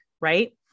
right